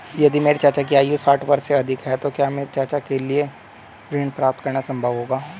यदि मेरे चाचा की आयु साठ वर्ष से अधिक है तो क्या मेरे चाचा के लिए ऋण प्राप्त करना संभव होगा?